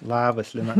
labas lina